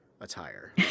attire